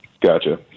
Gotcha